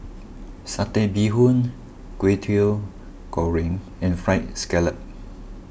Satay Bee Hoon Kwetiau Goreng and Fried Scallop